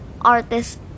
artist